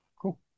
cool